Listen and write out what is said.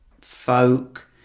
folk